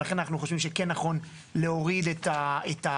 ולכן אנחנו חושבים שכן נכון להוריד את אחוז